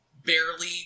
Barely